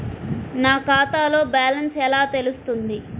నా ఖాతాలో బ్యాలెన్స్ ఎలా తెలుస్తుంది?